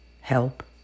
help